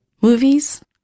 Movies